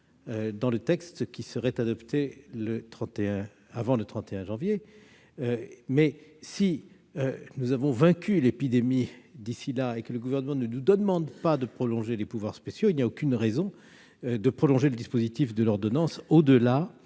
raison de la situation sanitaire. Si, au contraire, nous avons vaincu l'épidémie d'ici là et que le Gouvernement ne nous demande pas de prolonger les pouvoirs spéciaux, il n'y aura aucune raison de prolonger le dispositif de l'ordonnance au-delà